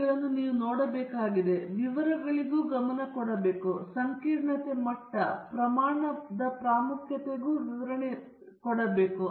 ಆದ್ದರಿಂದ ನಾವು ವಿವರಗಳಿಗೆ ಗಮನ ಕೊಡಬೇಕು ಸಂಕೀರ್ಣತೆ ಮಟ್ಟ ಮತ್ತು ಪ್ರಮಾಣದ ಪ್ರಾಮುಖ್ಯತೆಗೆ ನಾವು ವಿವರಣೆ ನೀಡಬೇಕು